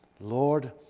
Lord